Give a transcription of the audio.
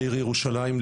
בעיר ירושלים.